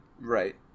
Right